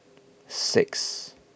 six